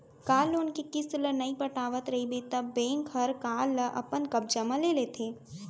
car loan के किस्त ल नइ पटावत रइबे त बेंक हर कार ल अपन कब्जा म ले लेथे